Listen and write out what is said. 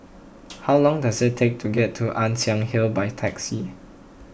how long does it take to get to Ann Siang Hill by taxi